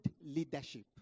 leadership